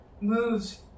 moves